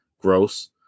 gross